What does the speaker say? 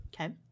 Okay